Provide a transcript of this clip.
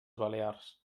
balears